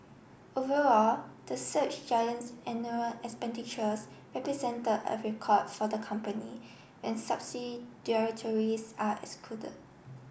overall the search giant's expenditures represented a record for the company when are excluded